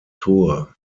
tour